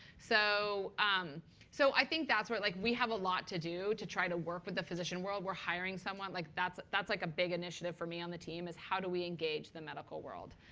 so um so i think that's where like we have a lot to do to try to work with the physician world. we're hiring someone. like that's that's like a big initiative for me on the team is how do we engage the medical world.